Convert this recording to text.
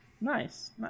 Nice